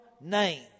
name